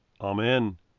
Amen